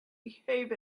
behave